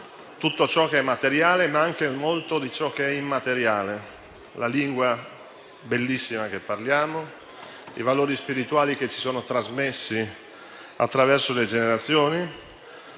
tutto ciò che è materiale, ma anche molto di ciò che è immateriale: la lingua bellissima che parliamo, i valori spirituali che ci sono trasmessi attraverso le generazioni.